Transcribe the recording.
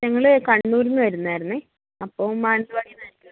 ഞങ്ങൾ കണ്ണൂരിൽ നിന്ന് വരുന്നതായിരുന്നേ അപ്പോൾ മാനന്തവാടിയിൽ നിന്നായിരിക്കുമല്ലേ